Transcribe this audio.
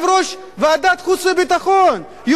אתה צודק, היא